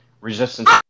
Resistance